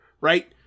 right